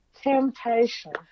Temptation